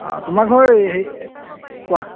অঁ তোমাৰ ঘৰ হেৰি কোৱা